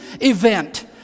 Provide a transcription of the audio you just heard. event